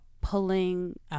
pulling